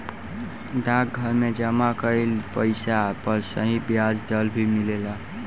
डाकघर में जमा कइल पइसा पर सही ब्याज दर भी मिलेला